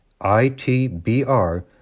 ITBR